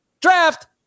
draft